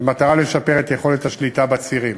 במטרה לשפר את יכולת השליטה בצירים,